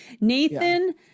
Nathan